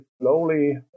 slowly